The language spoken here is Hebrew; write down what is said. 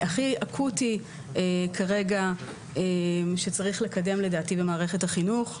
הכי אקוטי שצריך לקדם,